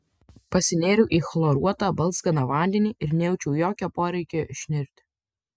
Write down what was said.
pasinėriau į chloruotą balzganą vandenį ir nejaučiau jokio poreikio išnirti